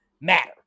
matter